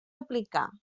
aplicar